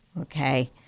Okay